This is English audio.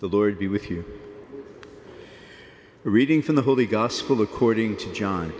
the lord be with you reading from the holy gospel according to john